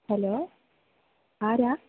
hello ആരാ